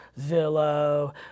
Zillow